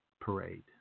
Parade